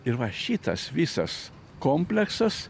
ir va šitas visas kompleksas